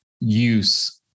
use